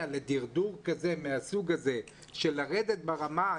לדרדור כזה מהסוג הזה של לרדת ברמה,